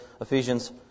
Ephesians